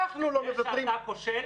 על הסעיפים האחרים